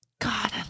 God